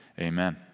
Amen